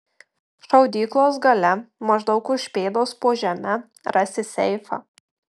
šaudyklos gale maždaug už pėdos po žeme rasi seifą